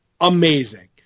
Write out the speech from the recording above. amazing